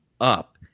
up